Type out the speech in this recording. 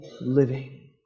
living